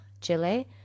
Chile